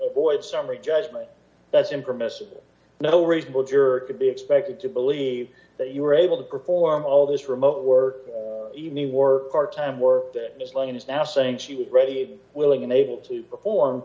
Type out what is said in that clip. avoid summary judgment that's impermissible no reasonable juror could be expected to believe that you were able to perform all this remote work even a war part time work plan is now saying she's ready willing and able to perform